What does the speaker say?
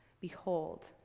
behold